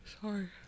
sorry